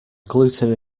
gluten